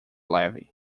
levi